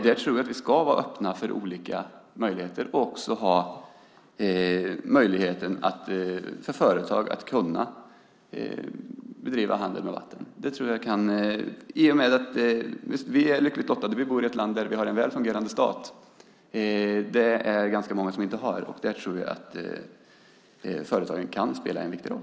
Där tror jag att vi ska vara öppna för olika möjligheter och också ha möjligheten för företag att bedriva handel med vatten. Vi är lyckligt lottade. Vi bor i ett land där vi har en väl fungerande statsapparat. Det är ganska många som inte har det. Där tror jag att företagen kan spela en viktig roll.